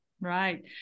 Right